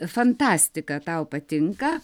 fantastika tau patinka